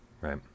Right